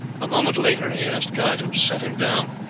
a moment later he asked guy to set him down.